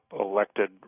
elected